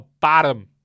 bottom